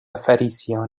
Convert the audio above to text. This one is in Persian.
فَریسیان